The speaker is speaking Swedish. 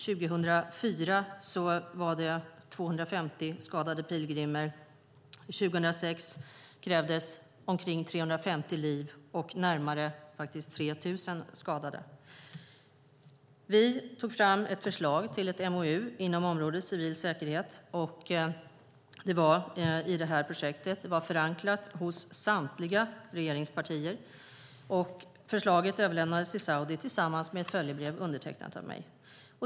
År 2004 var det 250 skadade pilgrimer. År 2006 krävdes omkring 350 liv, och närmare 3 000 skadades. Vi tog i det här projektet fram ett förslag till ett MoU inom området civil säkerhet. Det var förankrat hos samtliga regeringspartier. Förslaget överlämnades till Saudiarabien tillsammans med ett följebrev undertecknat av mig.